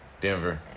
Denver